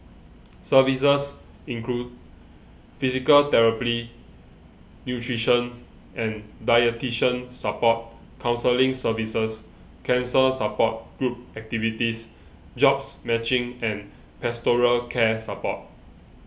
services include physical therapy nutrition and dietitian support counselling services cancer support group activities jobs matching and pastoral care support